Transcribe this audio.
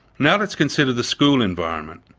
now let's consider the school environment.